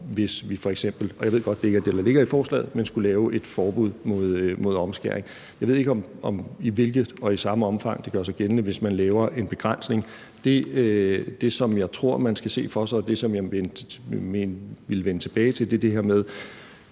hvis vi f.eks. – og jeg ved godt, det ikke er det, der ligger i forslaget – skulle lave et forbud mod omskæring. Jeg ved ikke, om og i hvilket omfang det gør sig gældende, hvis man laver en begrænsning. Det, som jeg tror man skal se for sig, og det, som jeg ville vende tilbage til, er det her med,